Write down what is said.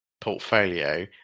portfolio